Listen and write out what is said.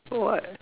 for what